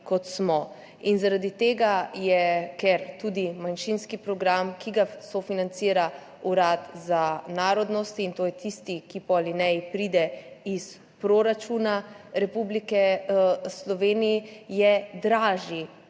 kot smo. Zaradi tega je tudi manjšinski program, ki ga sofinancira Urad za narodnosti, in to je tisti, ki po alineji pride iz proračuna Republike Slovenije, dražji